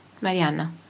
Mariana